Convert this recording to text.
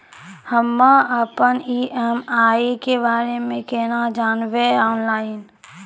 हम्मे अपन ई.एम.आई के बारे मे कूना जानबै, ऑनलाइन?